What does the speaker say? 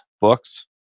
books